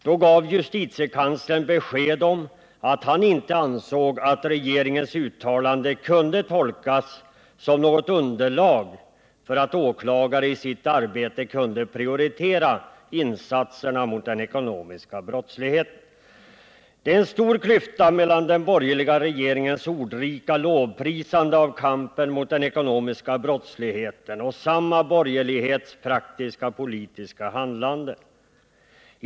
Då gav justitiekanslern besked om att han inte ansåg att regeringens uttalande kunde tolkas som något underlag för att åklagare i sitt arbete kunde prioritera insatserna mot den ekonomiska brottsligheten. — Det är en stor klyfta mellan den borgerliga regeringens ordrika lovprisande av kampen mot den ekonomiska brottsligheten och samma borgerlighets praktiska politiska handlande.